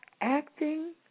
acting